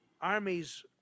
armies